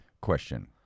Question